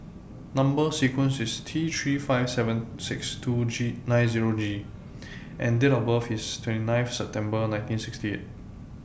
Number sequence IS T three five seven six two G nine Zero G and Date of birth IS twenty nine of September nineteen sixty